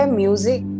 music